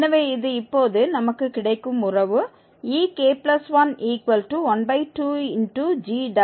எனவே இது இப்போது நமக்கு கிடைக்கும் உறவு ek112gek2